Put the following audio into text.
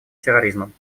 терроризмом